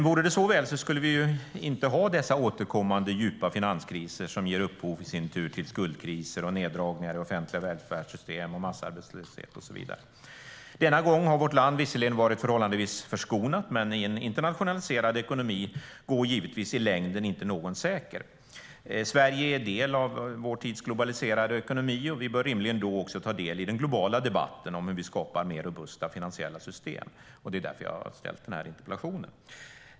Vore det så väl skulle vi inte ha dessa återkommande djupa finanskriser som i sin tur ger upphov till skuldkriser, neddragningar i offentliga välfärdssystem, massarbetslöshet och så vidare. Denna gång har vårt land visserligen varit förhållandevis förskonat, men i en internationaliserad ekonomi går givetvis ingen säker i längden. Sverige är en del av vår tids globaliserade ekonomi och bör rimligen också ta del i den globala debatten om hur vi skapar mer robusta finansiella system. Det är därför jag har ställt denna interpellation.